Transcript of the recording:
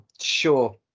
sure